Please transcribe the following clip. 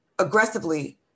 aggressively